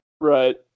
Right